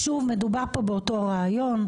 שוב, מדובר פה באותו רעיון.